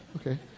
okay